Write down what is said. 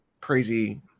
crazy